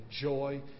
joy